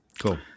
Cool